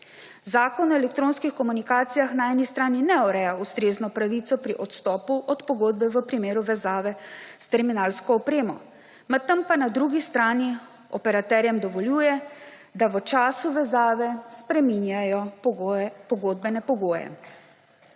Zakon o elektronskih komunikacijah na eni strani ne ureja ustrezno pravice pri odstopu od pogodbe v primeru vezave s terminalsko opremo, medtem pa na drugi strani operaterjem dovoljuje, da v času vezave spreminjajo pogodbene pogoje.